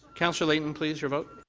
councillor layton, please, your vote.